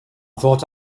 thought